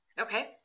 Okay